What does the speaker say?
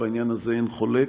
ובעניין הזה אין חולק.